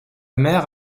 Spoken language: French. mère